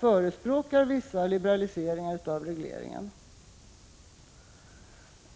förespråkar vissa liberaliseringar av regleringen.